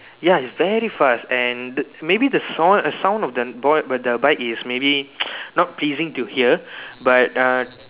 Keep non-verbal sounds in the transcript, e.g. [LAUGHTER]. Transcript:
ya it's very fast and the maybe the sound sound of the board but the bike is maybe [NOISE] not pleasing to hear but uh